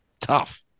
tough